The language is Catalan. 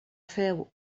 féu